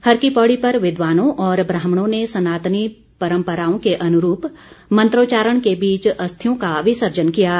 हर की पौड़ी पर विद्वानों और ब्राह्मणों ने सनातनी परम्पराओं के अनुरूप मंत्रोच्वारण के बीच अस्थियों का विसर्जन कराया